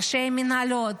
ראשי מינהלות,